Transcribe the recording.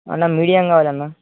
అన్న మీడియం కావాలి అన్న